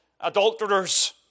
adulterers